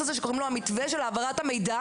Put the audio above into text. הזה שקוראים לו המתווה של העברת המידע,